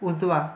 उजवा